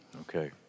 Okay